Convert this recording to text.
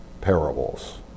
parables